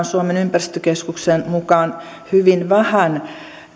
suomen ympäristökeskuksen mukaan hyvin vähän yli